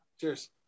Cheers